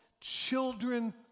children